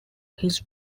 his